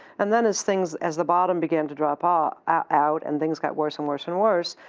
and then as things as the bottom began to drop ah out and things got worse and worse and worse,